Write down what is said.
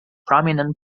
prominent